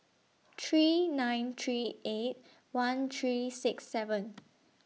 three nine three eight one three six seven